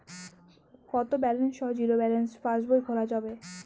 কত ব্যালেন্স সহ zero balance পাসবই খোলা যাবে?